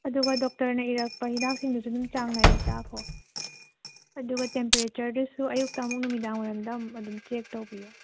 ꯑꯗꯨꯒ ꯗꯣꯛꯇꯔꯅ ꯏꯔꯛꯄ ꯍꯤꯗꯥꯛ ꯁꯤꯡꯗꯨꯁꯨ ꯑꯗꯨꯝ ꯆꯥꯡ ꯅꯥꯏꯅ ꯆꯥꯈꯣ ꯑꯗꯨꯒ ꯇꯦꯝꯄꯔꯦꯆꯔꯗꯨꯁꯨ ꯑꯌꯨꯛꯇ ꯑꯃꯨꯛ ꯅꯨꯃꯤꯗꯥꯡ ꯋꯥꯏꯔꯝꯗ ꯑꯃꯨꯛ ꯑꯗꯨꯝ ꯆꯦꯛ ꯇꯧꯕꯤꯌꯣ